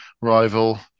rival